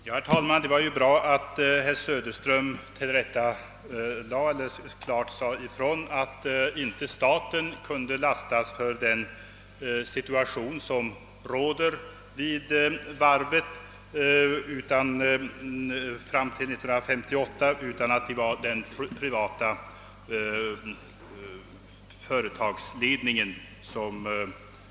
Herr talman! Det var ju bra att herr Söderström klart sade ifrån, att inte staten kunde lastas för den situation, som rådde vid Uddevallavarvet fram till 1958, utan enbart den privata företagsledningen.